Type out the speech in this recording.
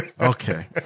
Okay